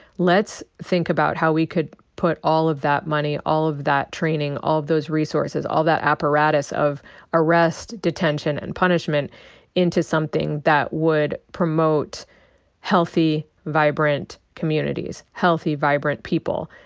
let's think about how we could put all of that money, all of that training, all of those resources, all of that apparatus of arrest, detention, and punishment into something that would promote healthy, vibrant communities, healthy, vibrant people,